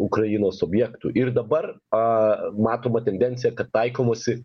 ukrainos objektų ir dabar a matoma tendencija kad taikomasi